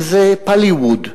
וזה "פַּליווּד",